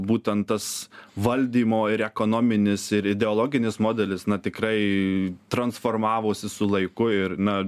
būtent tas valdymo ir ekonominis ir ideologinis modelis na tikrai transformavosi su laiku ir na